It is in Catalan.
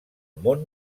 món